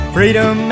Freedom